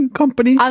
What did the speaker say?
company